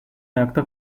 ayakta